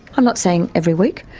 i'm not saying every week.